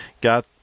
got